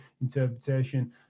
interpretation